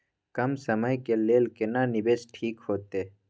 कम समय के लेल केना निवेश ठीक होते?